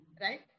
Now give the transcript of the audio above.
right